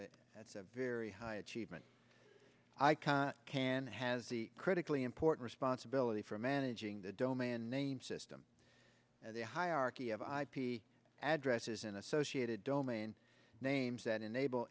a that's a very high achievement icon can has the critically important responsibility for managing the domain name system and the hierarchy of ip addresses and associated domain names that enable